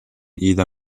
either